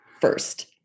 first